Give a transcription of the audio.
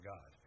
God